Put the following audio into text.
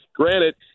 Granted